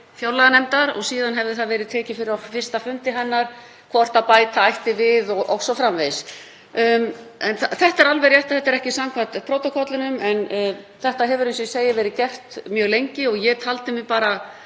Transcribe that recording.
fjárlaganefndar og síðan hefði það verið tekið fyrir á fyrsta fundi hennar hvort bæta ætti við o.s.frv. En það er alveg rétt að þetta er ekki samkvæmt prótókollinum. En þetta hefur, eins og ég segi, verið gert mjög lengi og ég taldi mig bara